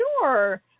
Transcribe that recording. sure